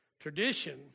Tradition